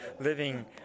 living